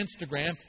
Instagram